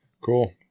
Cool